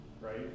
right